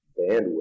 bandwidth